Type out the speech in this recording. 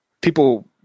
People